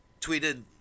tweeted